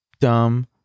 dumb